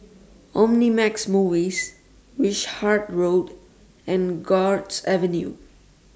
Omnimax Movies Wishart Road and Guards Avenue